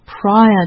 prior